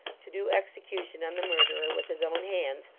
to do execution on the murderer with his own hands,